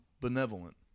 benevolent